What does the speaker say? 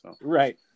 Right